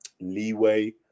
leeway